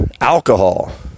alcohol